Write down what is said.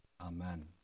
Amen